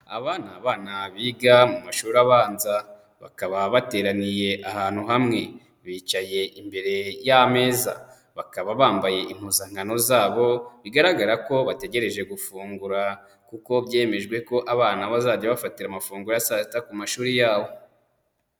Aba ni abana biga mu mashuri abanza bakaba bateraniye ahantu hamwe, bicaye imbere y'ameza, bakaba bambaye impuzankano zabo bigaragara ko bategereje gufungura kuko byemejwe ko abana bazajya bafatira amafunguro ya saa sita ku mashuri yabo.